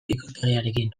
ikuspegiarekin